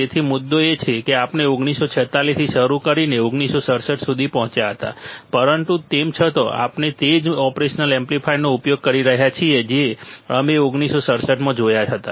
તેથી મુદ્દો એ છે કે આપણે 1946 થી શરૂ કરીને 1967 સુધી પહોંચ્યા હતા પરંતુ તેમ છતાં આપણે તે જ ઓપરેશનલ એમ્પ્લીફાયરનો ઉપયોગ કરી રહ્યા છીએ જે તમે 1967 માં જોયા હતા